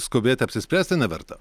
skubėti apsispręsti neverta